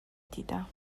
دیدم